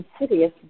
insidious